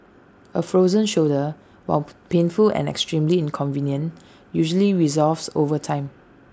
A frozen shoulder while painful and extremely inconvenient usually resolves over time